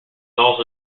also